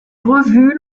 revu